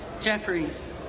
Jeffries